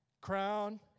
Crown